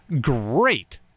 great